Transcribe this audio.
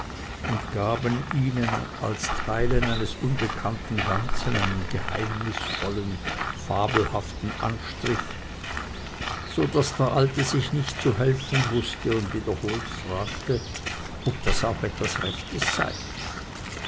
und gaben ihnen als teilen eines unbekannten ganzen einen geheimnisvollen fabelhaften anstrich so daß der alte sich nicht zu helfen wußte und wiederholt fragte ob das auch etwas rechtes sei